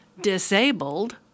disabled